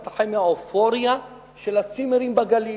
אתה חי מהאופוריה של הצימרים בגליל.